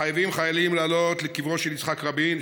מחייבים חיילים לעלות לקברו של יצחק רבין,